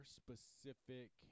specific